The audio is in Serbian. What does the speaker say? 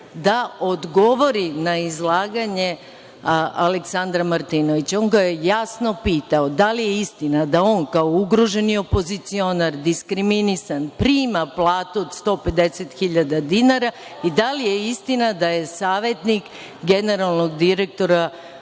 da odgovori na izlaganje Aleksandra Martinovića. On ga je jasno pitao – da li je istina da on kao ugroženi opozicionar, diskriminisan prima platu od 150 hiljada dinara, i da li je istina da je savetnik generalnog direktora